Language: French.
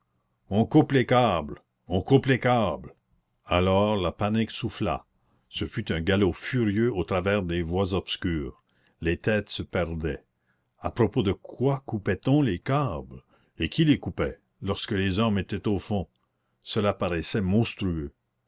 on coupe les câbles on coupe les câbles alors la panique souffla ce fut un galop furieux au travers des voies obscures les têtes se perdaient a propos de quoi coupait on les câbles et qui les coupait lorsque les hommes étaient au fond cela paraissait monstrueux